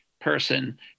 person